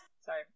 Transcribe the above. Sorry